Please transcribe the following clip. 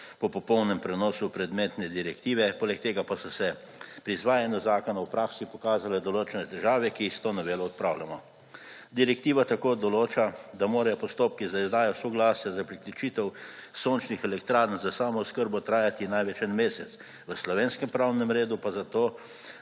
po popolnem prenosu predmetne direktive, poleg tega pa so se pri izvajanju zakona v praksi pokazale določene težave, ki jih s to novelo odpravljamo. Direktiva tako določa, da morajo postopki za izdajo soglasja za priključitev sončnih elektrarn za samooskrbo trajati največ en mesec, v slovenskem 101. TRAK: (NM)